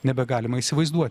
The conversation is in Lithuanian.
nebegalima įsivaizduoti